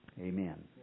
Amen